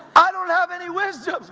i don't have any wisdom!